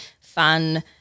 fun